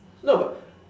no but